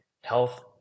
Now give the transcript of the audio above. health